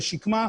בשקמה,